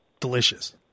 delicious